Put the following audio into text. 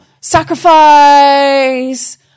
sacrifice